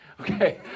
Okay